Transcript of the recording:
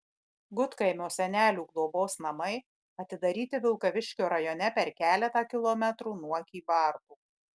gudkaimio senelių globos namai atidaryti vilkaviškio rajone per keletą kilometrų nuo kybartų